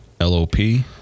L-O-P